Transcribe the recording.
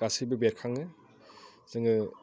गासैबो बेरखाङो जोङो